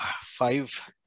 five